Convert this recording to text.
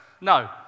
No